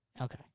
Okay